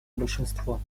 большинство